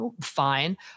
fine